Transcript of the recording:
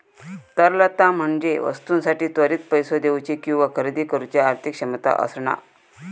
तरलता म्हणजे वस्तूंसाठी त्वरित पैसो देउची किंवा खरेदी करुची आर्थिक क्षमता असणा